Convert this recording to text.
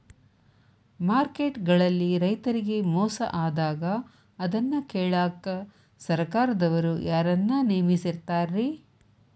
Market ಗಳಲ್ಲಿ ರೈತರಿಗೆ ಮೋಸ ಆದಾಗ ಅದನ್ನ ಕೇಳಾಕ್ ಸರಕಾರದವರು ಯಾರನ್ನಾ ನೇಮಿಸಿರ್ತಾರಿ?